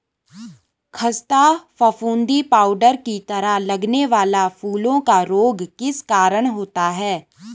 खस्ता फफूंदी पाउडर की तरह लगने वाला फूलों का रोग किस कारण होता है?